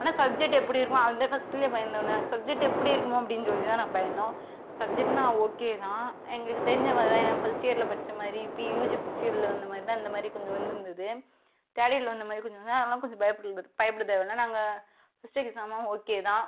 ஆனால் சப்ஜெக்ட் எப்படி இருக்குமோ அது ஃபர்ஸ்ட்டில் பயந்தோம்னால் சப்ஜெக்ட் எப்படி இருக்குமோ அப்படினு சொல்லி தான் நாங்கள் பயந்தோம் சப்ஜெக்ட்லாம் ஓகே தான் எங்களுக்கு தெரிஞ்சவங்க ஏதாவது ஃபர்ஸ்ட் இயரில் படித்த மாதிரி இப்போது யூஜி ஃபர்ஸ்ட் இயரில் இருந்த மாதிரி தான் கொஞ்சம் வந்துருந்தது தேர்டு இயரில் வந்த மாதிரி கொஞ்சம் கொஞ்சம் அதலாம் கொஞ்சம் பயப்பட பயப்பட தேவையில்லை நாங்கள் ஃபர்ஸ்ட் இயர் எக்ஸாம் ஓகே தான்